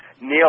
Neil